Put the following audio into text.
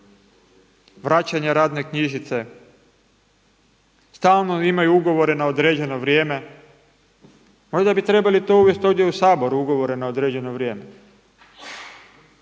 vraćanja radne knjižice, stalno imaju ugovore na određeno vrijeme. Možda bi trebali to uvesti ovdje u Sabor ugovore na određeno vrijeme